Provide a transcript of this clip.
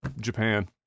Japan